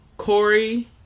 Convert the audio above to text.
Corey